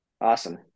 Awesome